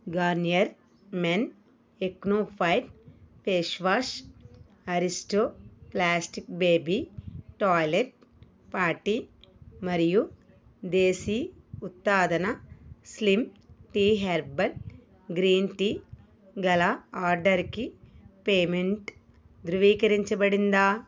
Garnier men acno fight face wash Aristo plastic baby toilet potty మరియు Desi Utthana slim tea herbal green tea గల ఆర్డర్కి payment ధృవీకరించబడిందా